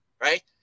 right